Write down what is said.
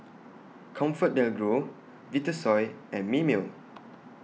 ComfortDelGro Vitasoy and Mimeo